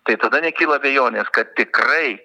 tai tada nekyla abejonės kad tikrai